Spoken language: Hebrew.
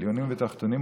עליונים ותחתונים,